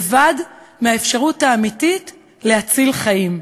לבד מהאפשרות האמיתית להציל חיים.